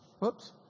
Whoops